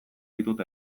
ditut